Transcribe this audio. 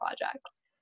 projects